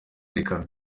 reka